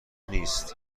نیست